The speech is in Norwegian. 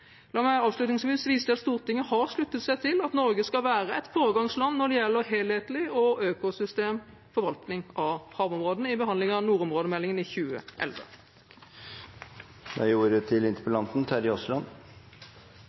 La meg avslutningsvis vise til at Stortinget har sluttet seg til at Norge skal «være et foregangsland når det gjelder helhetlig og økosystembasert forvaltning av havområdene» i behandlingen av nordområdemeldingen i 2011.